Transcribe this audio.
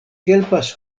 helpas